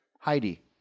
Heidi